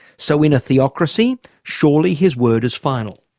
so in a theocracy surely his word is final.